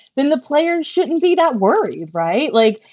then the players shouldn't be that worried. right. like,